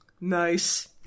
Nice